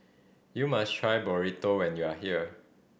you must try Burrito when you are here